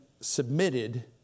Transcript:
submitted